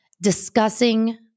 discussing